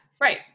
right